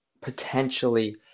potentially